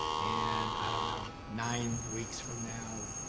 and i don't know, nine weeks from now,